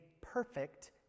perfect